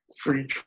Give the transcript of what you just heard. free